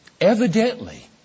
Evidently